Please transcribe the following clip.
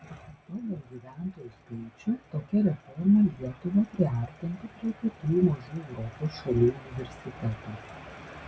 pagal gyventojų skaičių tokia reforma lietuvą priartintų prie kitų mažų europos šalių universitetų